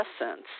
essence